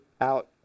out